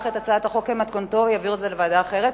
את הצעת החוק במתכונתה ויעביר את זה לוועדה אחרת,